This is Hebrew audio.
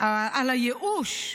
עם הייאוש.